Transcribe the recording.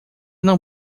não